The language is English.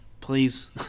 Please